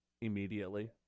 immediately